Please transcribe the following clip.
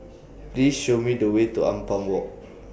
Please Show Me The Way to Ampang Walk